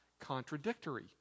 contradictory